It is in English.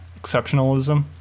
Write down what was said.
exceptionalism